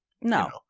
no